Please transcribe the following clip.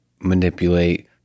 manipulate